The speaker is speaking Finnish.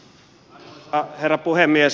arvoisa herra puhemies